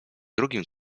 drugim